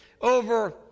over